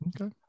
okay